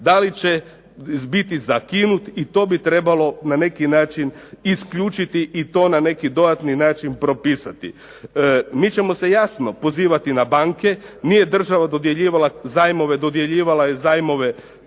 da li će biti zakinuti i to bi trebalo na neki način isključiti i to na neki dodatni način propisati. MI ćemo se jasno pozivati na banke, nije država dodjeljivala zajmove, dodjeljivala je zajmove